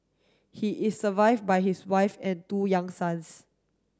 he is survive by his wife and two young sons